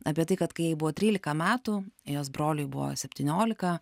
apie tai kad kai jai buvo trylika metų jos broliui buvo septyniolika